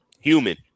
human